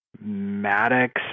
Maddox